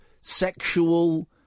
sexual